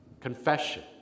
confession